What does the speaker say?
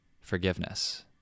forgiveness